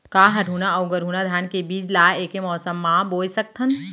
का हरहुना अऊ गरहुना धान के बीज ला ऐके मौसम मा बोए सकथन?